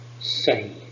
say